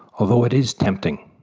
although it is tempting.